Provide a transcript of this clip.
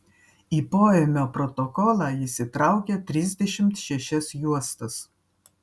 į poėmio protokolą jis įtraukė trisdešimt šešias juostas